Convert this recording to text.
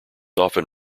often